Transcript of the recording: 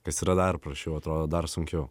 kas yra dar prasčiau atrodo dar sunkiau